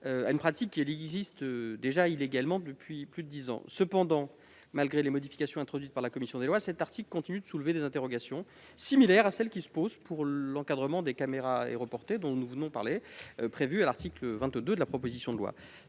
une pratique qui existe déjà, illégalement, depuis plus de dix ans. Cependant, malgré les modifications introduites par la commission des lois, cet article continue de soulever des interrogations, similaires à celles qui se posent pour l'encadrement des caméras aéroportées prévu à l'article 22 de la proposition de loi.